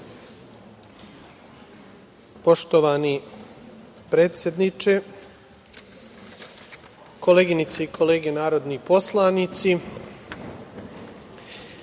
Poštovani predsedavajući, koleginice i kolege narodni poslanici,